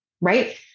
right